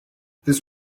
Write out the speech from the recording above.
this